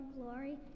glory